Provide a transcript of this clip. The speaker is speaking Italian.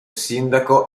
sindaco